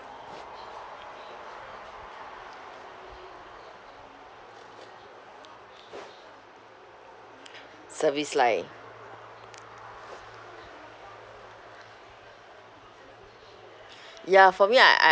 service line ya for me I